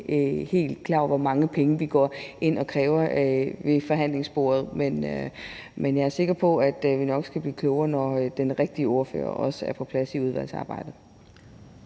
helt klar over, hvor mange penge vi går ind og kræver ved forhandlingsbordet, men jeg er sikker på, at vi nok skal blive klogere, når den rigtige ordfører også er på plads i udvalgsarbejdet.